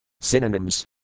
Synonyms